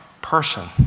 person